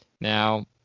now